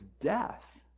death